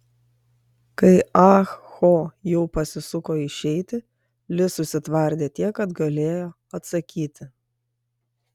kai ah ho jau pasisuko išeiti li susitvardė tiek kad galėjo atsakyti